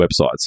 websites